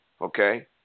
okay